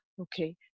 okay